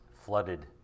flooded